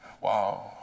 wow